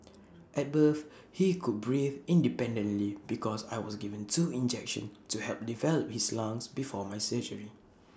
at birth he could breathe independently because I was given two injections to help develop his lungs before my surgery